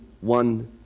one